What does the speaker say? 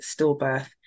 stillbirth